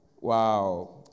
wow